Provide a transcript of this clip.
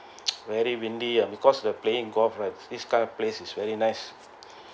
very windy ah because they're playing golf right this kind of place is very nice